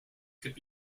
could